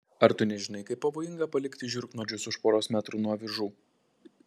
ar tu nežinai kaip pavojinga palikti žiurknuodžius už poros metrų nuo avižų